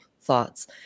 thoughts